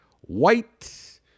white